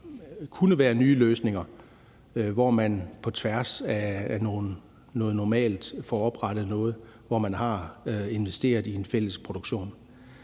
kunne være nye løsninger, hvor man på tværs af noget normalt får oprettet noget, hvor man har investeret i en fælles produktion.